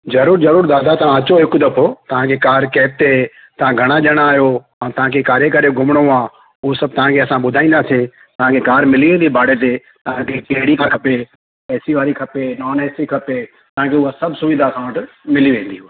ज़रूरु ज़रूरु दादा तव्हां अचो हिकु दफ़ो तव्हांजी कार कैब ते तव्हां घणा ॼणा आहियो ऐं तव्हांखे काॾे काॾे घुमिणो आहे हो सभु तव्हांखे असां ॿुधाईंदासि तव्हांखे कार मिली वेंदी भाड़े ते तव्हांखे कहिड़ी खपे एसी वारी खपे नॉन एसी खपे तव्हांखे उहा सभु सुविधा असां वटि मिली वेंदी